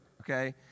Okay